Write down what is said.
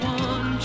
one